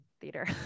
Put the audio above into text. theater